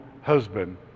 husband